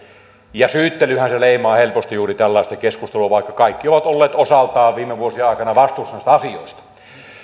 syyttelyhän se leimaa helposti juuri tällaista keskustelua vaikka kaikki ovat olleet osaltaan viime vuosien aikana vastuussa näistä asioista